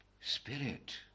spirit